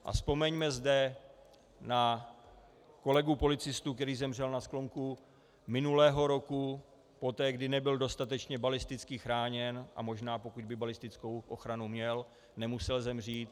A vzpomeňme zde na kolegu policistu, který zemřel na sklonku minulého roku poté, kdy nebyl dostatečně balisticky chráněn, a možná, pokud by balistickou ochranu měl, nemusel zemřít.